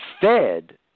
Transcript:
fed